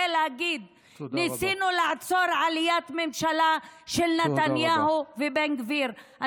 כדי להגיד: ניסינו לעצור עליית ממשלה של נתניהו ובן גביר.